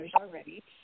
already